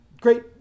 great